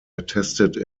attested